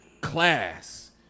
class